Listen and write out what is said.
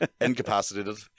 Incapacitated